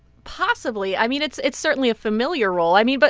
possibly. i mean, it's it's certainly a familiar role. i mean, but